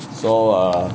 so uh